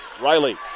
Riley